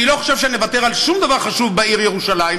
אני לא חושב שנוותר על שום דבר חשוב בעיר ירושלים,